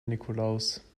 nikolaus